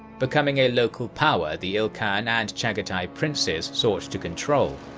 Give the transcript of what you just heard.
becoming a local power the ilkhan and chagatai princes sought to control.